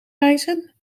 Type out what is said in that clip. reizen